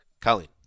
Colleen